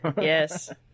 Yes